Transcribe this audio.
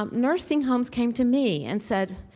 um nursing homes came to me and said,